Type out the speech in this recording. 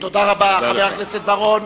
תודה רבה, חבר הכנסת בר-און.